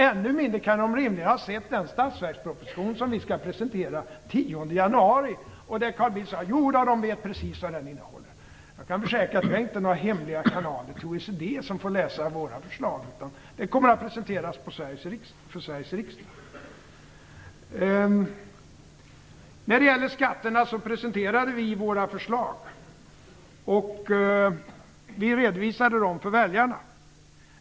Än mindre kan de rimligen ha sett den statsverksproposition som vi skall presentera den 10 januari. Men Carl Bildt sade: Jo, de vet precis vad den innehåller. Jag kan försäkra att vi inte har några hemliga kanaler till OECD så att de får läsa våra förslag, utan förslagen kommer att presenteras i Sveriges riksdag. När det gäller skatterna presenterade vi våra förslag, och vi redovisade dem för väljarna.